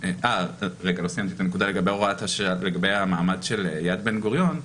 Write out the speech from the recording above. לא סיימתי את הנקודה לגבי המעמד של יד בן-גוריון.